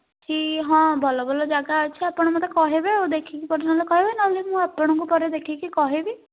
ଅଛି ହଁ ଭଲ ଭଲ ଜାଗା ଅଛି ଆପଣ ମୋତେ କହିବେ ଆଉ ଦେଖିକି କେଉଁଦିନ କହିବେ ନହେଲେ ମୁଁ ଆପଣଙ୍କୁ ପରେ ଦେଖିକି କହିବି